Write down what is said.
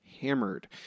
hammered